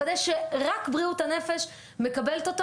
לוודא שרק בריאות הנפש מקבלת אותו